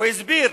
הוא הסביר,